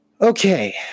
Okay